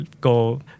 go